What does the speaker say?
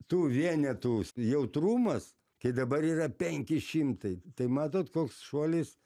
tų vienetų s jautrumas kai dabar yra penki šimtai tai matot koks šuolis